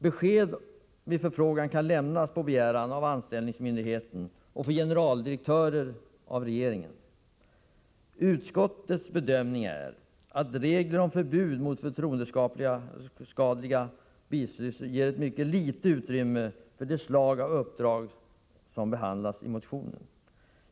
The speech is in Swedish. Besked vid förfrågan kan lämnas på begäran av anställningsmyndigheten, och i fråga om generaldirektörer lämnas besked av regeringen. Utskottets bedömning är att reglerna om förbud mot förtroendeskadliga bisysslor ger mycket litet utrymme för det slag av uppdrag som behandlas i motionen.